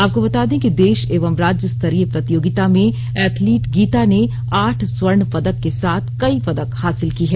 आपको बता दें कि देश एवं राज्य स्तरीय प्रतियोगिता में एथलीट गीता ने आठ स्वर्ण पदक के साथ कई पदक हासिल की है